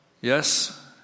Yes